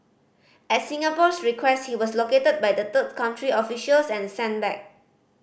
at Singapore's request he was located by the third country officials and sent back